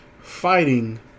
fighting